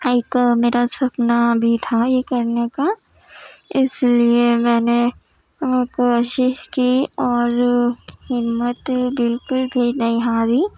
ایک میرا سپنا بھی تھا یہ کرنے کا اس لیے میں نے وہ کوشش کی اور ہمت بالکل بھی نہیں ہاری